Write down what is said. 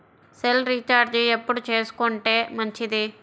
Cell recharge ఎప్పుడు చేసుకొంటే మంచిది?